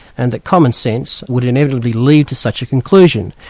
and that commonsense would inevitably lead to such a conclusion.